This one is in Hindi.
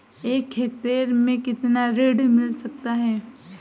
एक हेक्टेयर में कितना ऋण मिल सकता है?